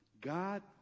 God